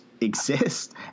exist